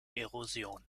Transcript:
erosion